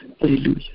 Hallelujah